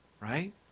right